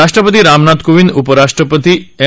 राष्ट्रपती रामनाथ कोविंद उपराष्ट्रपतीएम